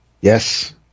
Yes